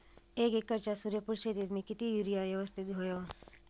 एक एकरच्या सूर्यफुल शेतीत मी किती युरिया यवस्तित व्हयो?